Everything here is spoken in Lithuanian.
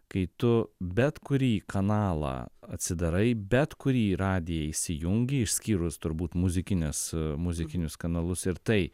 kai tu bet kurį kanalą atsidarai bet kurį radiją įsijungi išskyrus turbūt muzikines muzikinius kanalus ir tai